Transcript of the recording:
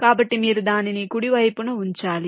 కాబట్టి మీరు దానిని కుడి వైపున ఉంచాలి